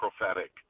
prophetic